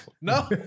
no